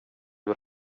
hur